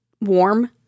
warm